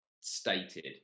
stated